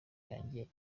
yanjye